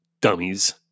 dummies